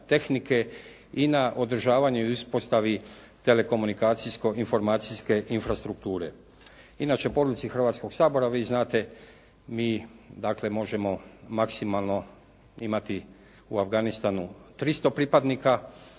i na održavanju i uspostavi telekomunikacijsko-informacijske infrastrukture. Inače, po odluci Hrvatskoga sabora vi znate mi dakle možemo maksimalno imati u Afganistanu 300 pripadnika